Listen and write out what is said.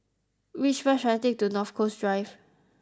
which bus should I take to North Coast Drive